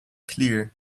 clear